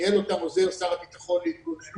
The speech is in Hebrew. ניהל אותם עוזר שר הביטחון להתגוננות.